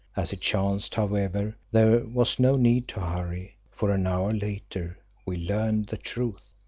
as it chanced, however, there was no need to hurry, for an hour later we learned the truth.